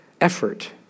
effort